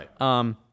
Right